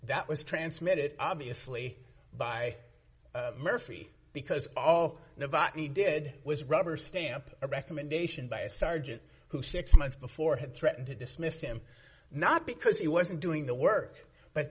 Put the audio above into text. that was transmitted obviously by murfree because all the bought me did was rubber stamp a recommendation by a sergeant who six months before had threatened to dismiss him not because he wasn't doing the work but